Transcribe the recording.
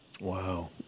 Wow